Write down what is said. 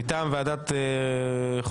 מטעם ועדת חוק,